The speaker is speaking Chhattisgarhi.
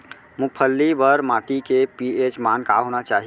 मूंगफली बर माटी के पी.एच मान का होना चाही?